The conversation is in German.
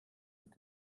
mit